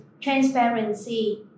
transparency